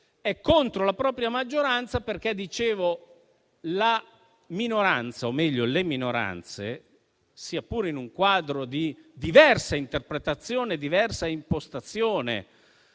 È contro la propria maggioranza perché, come dicevo, le minoranze, sia pure in un quadro di diversa interpretazione, diversa impostazione